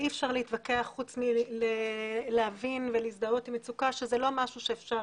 אי אפשר להתווכח חוץ מלהבין ולהזדהות עם מצוקה שזה לא משהו שאפשר